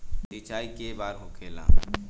सिंचाई के बार होखेला?